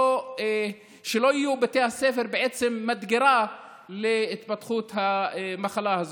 שלא יהיו בתי הספר מדגרה להתפתחות המחלה הזאת.